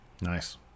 Nice